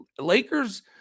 Lakers